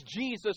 Jesus